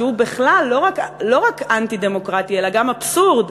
שהוא בכלל לא רק אנטי-דמוקרטי אלא גם אבסורד,